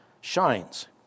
shines